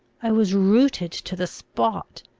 i was rooted to the spot.